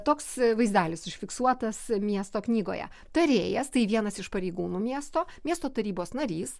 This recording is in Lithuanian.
toks vaizdelis užfiksuotas miesto knygoje tarėjas tai vienas iš pareigūnų miesto miesto tarybos narys